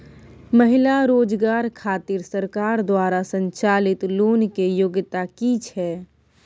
महिला रोजगार खातिर सरकार द्वारा संचालित लोन के योग्यता कि छै?